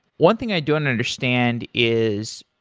one thing i don't understand is,